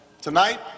tonight